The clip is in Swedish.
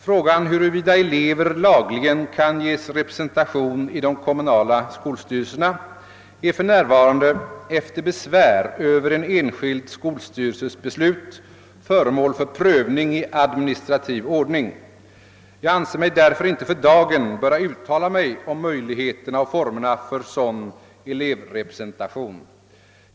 Frågan huruvida elever lagligen kan ges representation i de kommunala skolstyrelserna är för närvarande, efter besvär över en enskild skolstyrelses beslut, föremål för prövning i administrativ ordning. Jag anser mig därför inte för dagen böra uttala mig om möjligheterna och formerna för sådan elevrepresentation.